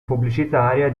pubblicitaria